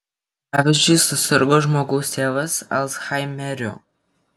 pavyzdžiui susirgo žmogaus tėvas alzhaimeriu